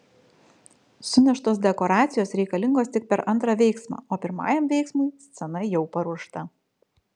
suneštos dekoracijos reikalingos tik per antrą veiksmą o pirmajam veiksmui scena jau paruošta